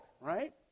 right